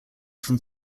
from